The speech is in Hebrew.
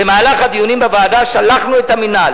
במהלך הדיונים בוועדה שלחנו את המינהל